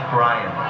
Brian